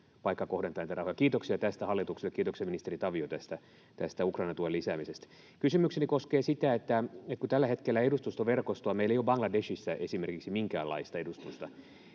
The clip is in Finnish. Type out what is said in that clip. Kiitoksia tästä hallitukselle, ja kiitoksia, ministeri Tavio, tästä Ukrainan tuen lisäämisestä. Kysymykseni koskee edustustoverkostoa: Tällä hetkellä meillä ei ole esimerkiksi Bangladeshissa minkäänlaista edustusta.